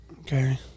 Okay